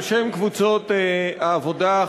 בשם קבוצות העבודה,